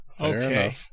Okay